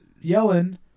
yelling